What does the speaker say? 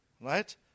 Right